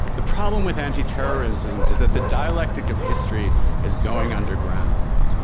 the problem with antiterrorism is that the dialectic of history is going underground.